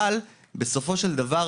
אבל בסופו של דבר,